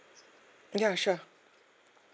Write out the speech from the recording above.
ya sure